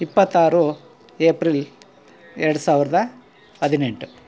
ಇಪ್ಪತ್ತಾರು ಏಪ್ರಿಲ್ ಎರಡು ಸಾವಿರದ ಹದಿನೆಂಟು